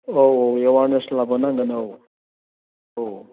औ औ एवारनेस लाबोनांगोन औ औ